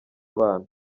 abana